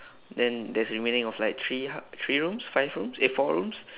then there's remaining of like three h~ three rooms five rooms eh four rooms